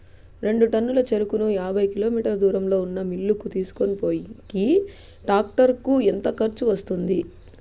రెండు టన్నుల చెరుకును యాభై కిలోమీటర్ల దూరంలో ఉన్న మిల్లు కు తీసుకొనిపోయేకి టాక్టర్ కు ఎంత ఖర్చు వస్తుంది?